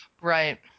Right